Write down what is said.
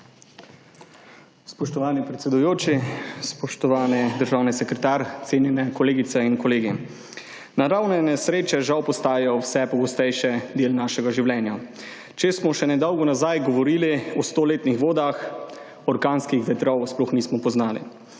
Spoštovani predsedujoči, spoštovani državni sekretar, cenjene kolegice in kolegi! Naravne nesreče žal postajajo vse pogostejši del našega življenja. Če smo še nedolgo nazaj govorili o 100-letnih vodah, orkanskih vetrov sploh nismo poznali.